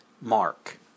mark